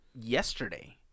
Yesterday